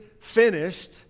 finished